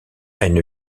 une